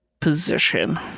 position